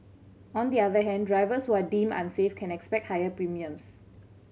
on the other hand drivers who are deemed unsafe can expect higher premiums